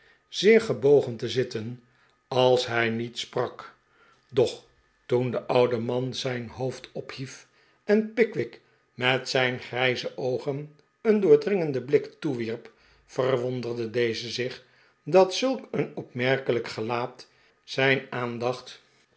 zeer gebogen te zitten als hij niet sprak doch toen de oude man zijn hoofd ophief en pickwick met zijn grijze oogen een doordringenden blik toewierp verwonderde deze zich dat zulk een opmerkelijk gelaat zijn aandacht